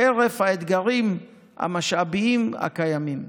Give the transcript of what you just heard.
חרף האתגרים המשאביים הקיימים.